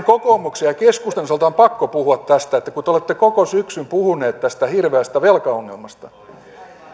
kokoomuksen ja keskustan osalta on pakko puhua tästä kun te olette koko syksyn puhuneet tästä hirveästä velkaongelmasta